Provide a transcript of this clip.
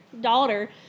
daughter